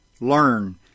learn